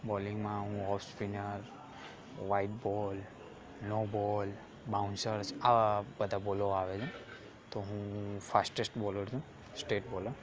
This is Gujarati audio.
બોલિંગમાં હું off spinner wide ball no ball bouncers આવા બધા બોલો આવે છે તો હું ફાસ્ટેસ્ટ બોલર છું સ્ટેટ બોલર